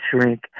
shrink